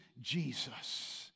Jesus